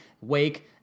Wake